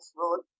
road